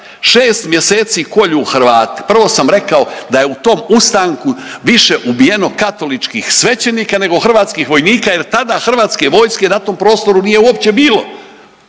šest mjeseci kolju Hrvate. Prvo sam rekao da je u tom ustanku više ubijeno katoličkih svećenika nego hrvatskih vojnika, jer tada Hrvatske vojske na tom prostoru nije uopće bil,